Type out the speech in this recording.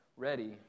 ready